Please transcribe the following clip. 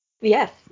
yes